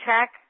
check